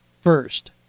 first